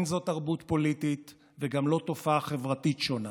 אין זאת תרבות פוליטית וגם לא תופעה חברתית שונה,